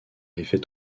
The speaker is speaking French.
effet